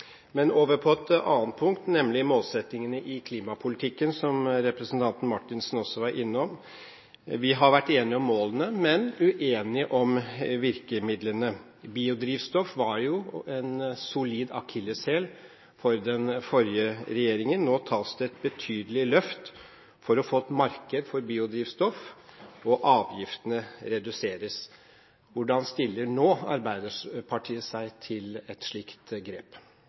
Men over på et annet punkt, nemlig målsettingene i klimapolitikken, som representanten Marthinsen også var innom. Vi har vært enige om målene, men uenige om virkemidlene. Biodrivstoff var jo en solid akilleshæl for den forrige regjeringen. Nå tas det et betydelig løft for å få et marked for biodrivstoff, og avgiftene reduseres. Hvordan stiller Arbeiderpartiet seg nå til et slikt grep?